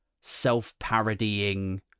self-parodying